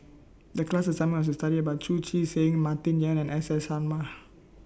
The class assignment was to study about Chu Chee Seng Martin Yan and S S Sarma